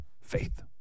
Faith